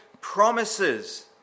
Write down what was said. promises